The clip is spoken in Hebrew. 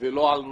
ולא על נוף,